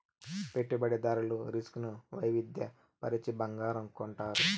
పెట్టుబడిదారులు రిస్క్ ను వైవిధ్య పరచి బంగారం కొంటారు